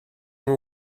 ddim